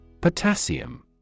Potassium